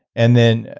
and then,